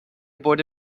برد